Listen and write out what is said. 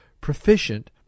proficient